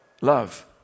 Love